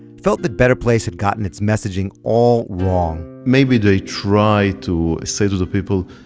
felt that better place had gotten its messaging all wrong maybe they tried to say to the people,